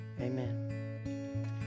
Amen